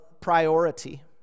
priority